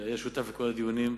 שהיה שותף לכל הדיונים.